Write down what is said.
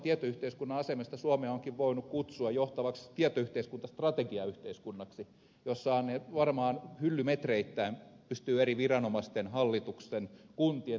johtavan tietoyhteiskunnan asemesta suomea onkin voinut kutsua johtavaksi tietoyhteiskuntastrategiayhteiskunnaksi jossa varmaan hyllymetreittäin pystyy eri viranomaisten hallituksen kuntien tietoyhteiskuntastrategioita lukemaan